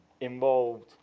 involved